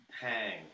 hang